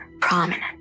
prominent